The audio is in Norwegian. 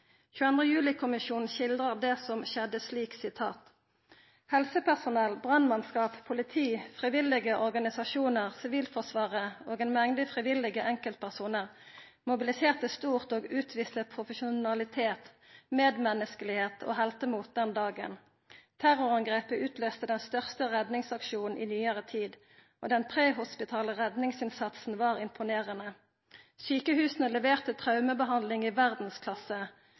det som skjedde, slik: «Helsepersonell, brannmannskaper, politi, frivillige organisasjoner, Sivilforsvaret og en mengde frivillige enkeltpersoner mobiliserte stort og utviste profesjonalitet, medmenneskelighet og heltemot denne dagen. Terrorangrepene utløste den største redningsaksjonen i Norge i nyere tid, og den prehospitale redningsinnsatsen var imponerende. Sykehusene leverte traumebehandling i verdensklasse,